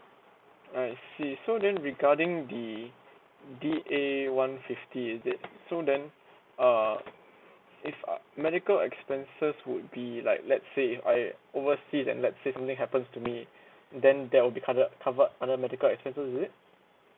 I see so then regarding the D A one fifty is it so then uh if uh medical expenses will be like let's say if I overseas then let's say something happens to me then there will be under covered medical expenses is it